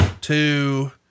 two